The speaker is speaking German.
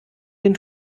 den